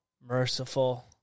merciful